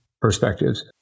perspectives